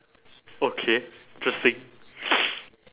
okay interesting